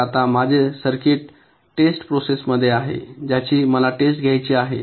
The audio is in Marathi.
तर आता माझे सर्किट टेस्ट प्रोसेस मध्ये आहे ज्याची मला टेस्ट घ्यायची आहे